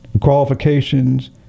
qualifications